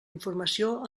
informació